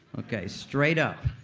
okay. straight up.